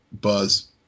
buzz